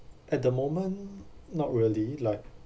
at the moment not really like